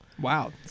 Wow